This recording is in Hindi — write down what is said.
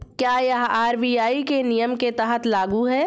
क्या यह आर.बी.आई के नियम के तहत लागू है?